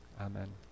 amen